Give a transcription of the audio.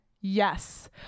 yes